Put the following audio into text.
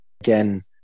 Again